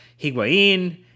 Higuain